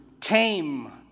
tame